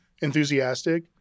enthusiastic